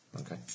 Okay